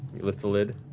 you lift the lid,